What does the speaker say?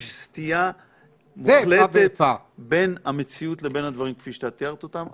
יש סטייה מוחלטת בין המציאות לבין הדברים כפי שאת תיארת אותם.